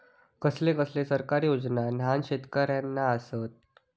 कसले कसले सरकारी योजना न्हान शेतकऱ्यांना आसत?